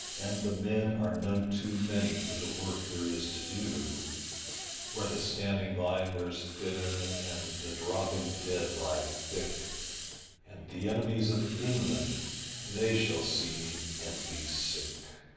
and the men are none too many for the work there is to do where the standing line wears thinner and the dropping dead lie thick and the enemies of england they shall see me and be sick.